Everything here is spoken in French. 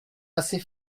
assez